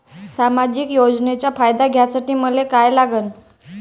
सामाजिक योजनेचा फायदा घ्यासाठी मले काय लागन?